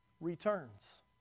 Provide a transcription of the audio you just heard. returns